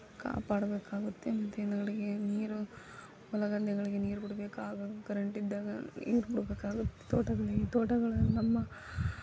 ಕಾಪಾಡಬೇಕಾಗುತ್ತೆ ಮತ್ತು ಹಿಂದುಗಡೆಗೆ ನೀರು ಹೊಲಗದ್ದೆಗಳಿಗೆ ನೀರು ಬಿಡ್ಬೇಕಾಗು ಕರೆಂಟಿದ್ದಾಗ ನೀರು ಬಿಡ್ಬೇಕಾಗುತ್ತೆ ತೋಟಗಳಿಗೆ ತೋಟಗಳಲ್ಲಿ ನಮ್ಮ